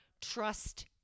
trust